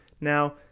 Now